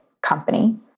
company